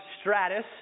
Stratus